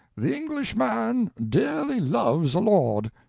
the englishman dearly loves a lord.